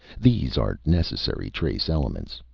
these are necessary trace elements.